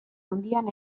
handian